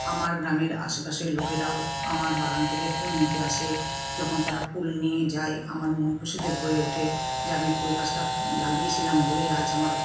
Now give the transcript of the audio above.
আমার গ্রামের আশেপাশের লোকেরাও আমার বাগান থেকে ফুল নিতে আসে যখন তারা ফুল নিয়ে যায় আমার মন খুশিতে ভরে ওঠে যে আমি ফুলগাছটা লাগিয়েছিলাম বলেই আজ আমার